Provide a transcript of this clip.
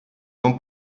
non